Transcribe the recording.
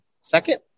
Second